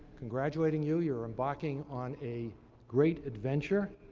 congratulating you. you're embarking on a great adventure.